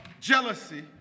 Jealousy